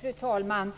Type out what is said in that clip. Fru talman!